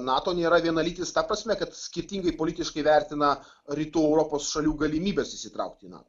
nato nėra vienalytis ta prasme kad skirtingai politiškai vertina rytų europos šalių galimybes įsitraukti į nato